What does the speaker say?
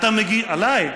עליי,